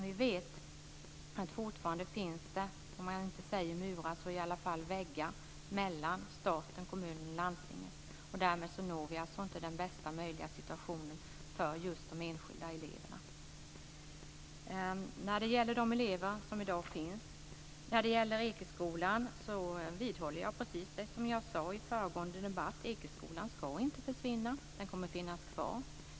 Vi vet att det fortfarande finns om inte murar så ändå väggar mellan stat, kommun och landsting och att vi därmed inte har den bästa möjliga situationen för de enskilda eleverna. När det gäller de elever som i dag finns på Ekeskolan vidhåller jag precis det som jag sade i föregående debatt: Ekeskolan ska inte försvinna. Den kommer att finnas kvar.